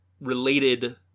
related